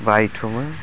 बायथुमो